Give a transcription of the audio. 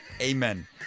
Amen